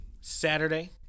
Saturday